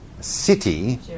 city